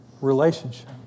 relationship